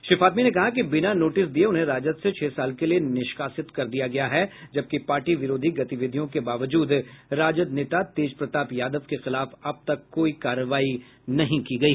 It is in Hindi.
श्री फातमी ने कहा कि बिना नोटिस दिये उन्हें राजद से छह साल के लिये निष्कासित कर दिया गया है जबकि पार्टी विरोधी गतिविधियों के बावजूद राजद नेता तेज प्रताप यादव के खिलाफ अब तक कोई कार्रवाई नहीं की गयी